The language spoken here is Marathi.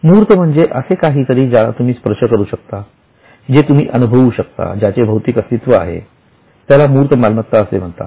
मूर्त म्हणजे असे काहीतरी ज्याला तुम्ही स्पर्श करू शकता जे तुम्ही अनुभवू शकता ज्याचे भौतिक अस्तित्व आहे त्याला मूर्त मालमत्ता असे म्हणतात